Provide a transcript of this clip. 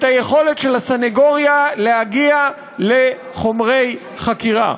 את היכולת של הסנגוריה להגיע לחומרי חקירה.